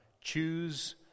choose